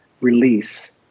release